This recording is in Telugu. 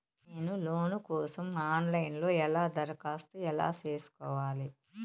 నేను లోను కోసం ఆన్ లైను లో ఎలా దరఖాస్తు ఎలా సేసుకోవాలి?